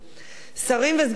שרים וסגני שרים.